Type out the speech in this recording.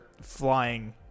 flying